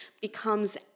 becomes